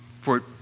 For